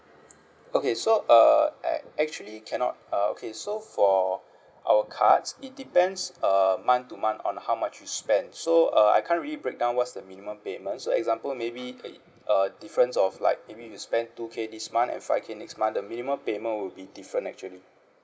okay so uh ac~ actually cannot uh okay so for our cards it depends err month to month on how much you spend so uh I can't really breakdown what's the minimum payment so example maybe err uh a difference of like maybe you spent two K this month and five K next month the minimum payment will be different actually